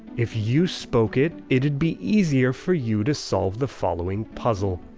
if you spoke it, it'd be easier for you to solve the following puzzle.